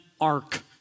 ark